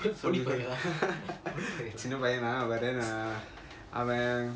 சின்ன பையன் தான்:chinna paiyan thaan but then அவன்:avan